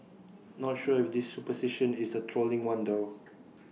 not sure if this superstition is A trolling one though